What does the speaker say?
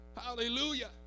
hallelujah